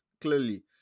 clearly